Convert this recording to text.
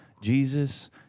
Jesus